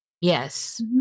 Yes